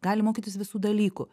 gali mokytis visų dalykų